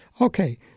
okay